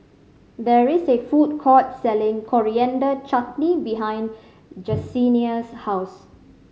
there is a food court selling Coriander Chutney behind Jesenia's house